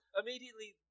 immediately